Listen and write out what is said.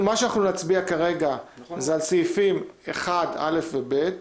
אנחנו נצביע כרגע על סעיפים 1א' ו-ב'.